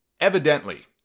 evidently